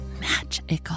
magical